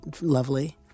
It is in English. lovely